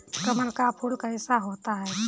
कमल का फूल कैसा होता है?